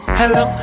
hello